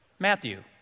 Matthew